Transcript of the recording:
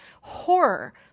horror